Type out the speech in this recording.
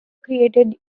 created